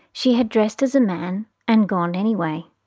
she had dressed as a man and gone anyway.